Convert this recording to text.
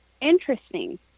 interesting